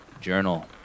journal